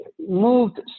moved